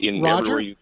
Roger